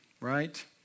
right